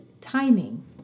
timing